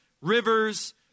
rivers